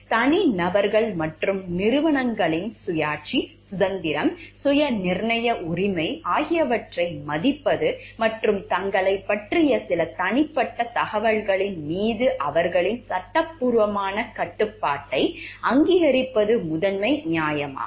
தனிநபர்கள் மற்றும் நிறுவனங்களின் சுயாட்சி சுதந்திரம் சுயநிர்ணய உரிமை ஆகியவற்றை மதிப்பது மற்றும் தங்களைப் பற்றிய சில தனிப்பட்ட தகவல்களின் மீது அவர்களின் சட்டபூர்வமான கட்டுப்பாட்டை அங்கீகரிப்பது முதன்மை நியாயமாகும்